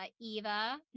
Eva